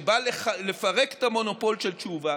שבא לפרק את המונופול של תשובה,